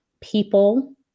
people